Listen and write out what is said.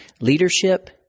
leadership